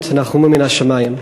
תנוחמו מהשמים.